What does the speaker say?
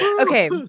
Okay